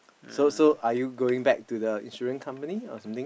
so so are you going back to the insurance company or something